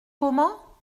comment